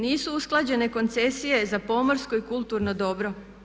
Nisu usklađene koncesije za pomorsko i kulturno dobro.